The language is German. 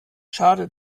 schade